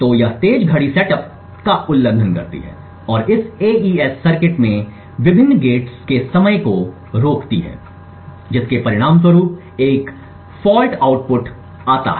तो यह तेज़ घड़ी सेटअप का उल्लंघन करती है और इस एईएस सर्किट में विभिन्न गेटस के समय को रोकती है जिसके परिणामस्वरूप एक दोषपूर्ण आउटपुट होता है